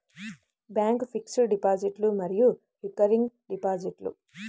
bank fixed డిపాజిట్లు మరియు recurring డిపాజిట్లు